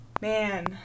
man